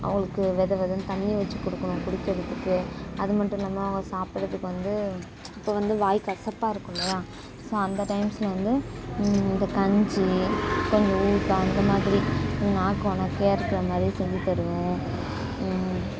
அவங்களுக்கு வெதவெதன்னு தண்ணி வச்சு கொடுக்கணும் குடிக்கிறதுக்கு அதுமட்டும் இல்லாமல் அவங்க சாப்பிறதுக்கு வந்து இப்போ வந்து வாய் கசப்பாக இருக்கும் இல்லையா ஸோ அந்த டைம்ஸ்ல வந்து இந்த கஞ்சி கொஞ்சோம் ஊறுகாய் அந்தமாதிரி நாக்கு ஒணக்கையாக இருக்கிறமாதிரி செஞ்சு தருவோம்